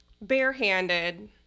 barehanded